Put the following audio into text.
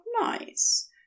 nice